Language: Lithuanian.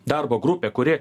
darbo grupę kuri